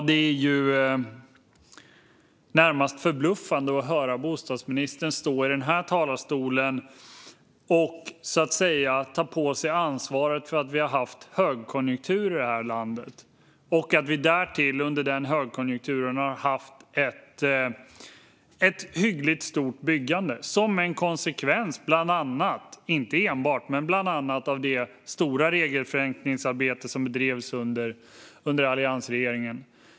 Det är närmast förbluffande att höra bostadsministern stå i den här talarstolen och så att säga ta på sig ansvaret för att vi har haft högkonjunktur i det här landet och att vi därtill under den högkonjunkturen har haft ett hyggligt stort byggande, som är en konsekvens av inte enbart men bland annat det stora regelförenklingsarbete som bedrevs under alliansregeringen.